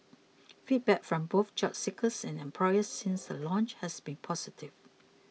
feedback from both job seekers and employers since the launch has been positive